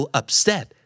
upset